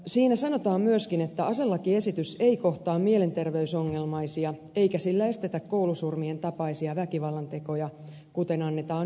siinä sanotaan myöskin että aselakiesitys ei kohtaa mielenterveysongelmaisia eikä sillä estetä koulusurmien tapaisia väkivallantekoja kuten annetaan ymmärtää